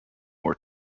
were